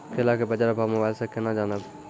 केला के बाजार भाव मोबाइल से के ना जान ब?